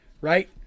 right